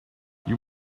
you